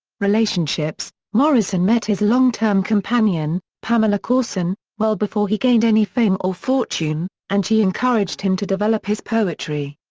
relationships morrison met his long-term companion, pamela courson, well before he gained any fame or fortune, and she encouraged him to develop his poetry.